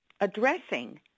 addressing